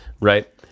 Right